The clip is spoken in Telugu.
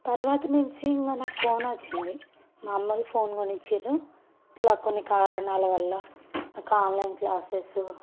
తర్వాత నుంచి మనకు ఫోన్ వచ్చింది మా అమ్మ వాళ్ళు ఫోన్ కొని ఇచ్చారు ఇట్లా కొన్ని కారణాల వల్ల ఇట్లా ఆన్లైన్ క్లాస్సేస్